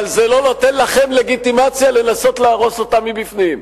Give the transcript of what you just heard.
אבל זה לא נותן לכם לגיטימציה לנסות להרוס אותה מבפנים.